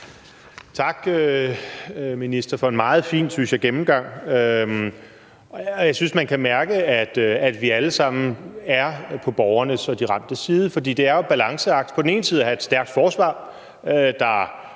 en, synes jeg, meget fin gennemgang. Jeg synes, man kan mærke, at vi alle sammen er på borgernes og de ramtes side, for det er jo en balanceakt på den ene side at have et stærkt forsvar, der